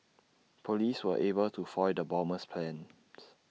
Police were able to foil the bomber's plans